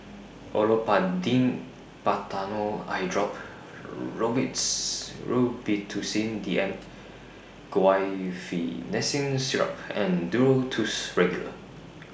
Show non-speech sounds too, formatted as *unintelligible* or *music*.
Olopatadine Patanol Eyedrop *unintelligible* Robitussin D M Guaiphenesin Syrup and Duro Tuss Regular